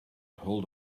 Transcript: hold